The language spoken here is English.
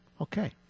Okay